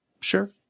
Sure